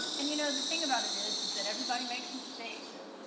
and you know the thing about it is is that everybody makes mistakes.